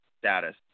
status